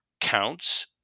counts